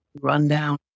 rundown